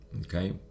Okay